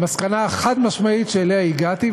המסקנה החד-משמעית שאליה הגעתי,